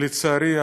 לצערי,